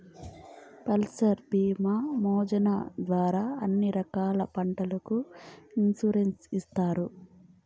ఫసల్ భీమా యోజన ద్వారా అన్ని రకాల పంటలకు ఇన్సురెన్సు ఇత్తారు